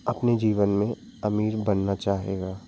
अपने जीवन में अमीर बनना चाहेगा